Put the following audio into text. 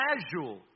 casual